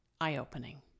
eye-opening